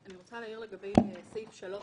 אני רוצה להעיר לגבי סעיף 3(ה),